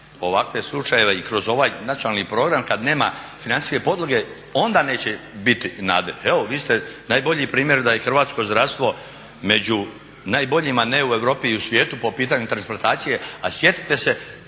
ovakve slučajeve i kroz ovaj nacionalni program kad nema financijske podloge onda neće biti nade. Evo vi ste najbolji primjer da je hrvatsko zdravstvo među najboljima ne u Europi nego i u svijetu po pitanju transplantacije. A sjetite se